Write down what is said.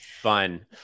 Fun